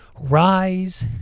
rise